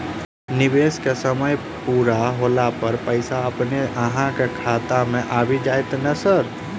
निवेश केँ समय पूरा होला पर पैसा अपने अहाँ खाता मे आबि जाइत नै सर?